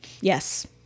Yes